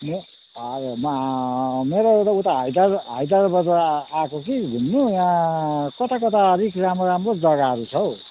हजुर म त उता हैदराबादबाट हैदराबादबाट आएको कि घुम्नु कता कता अलिक राम्रो राम्रो जग्गाहरू छ हौ